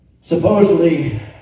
Supposedly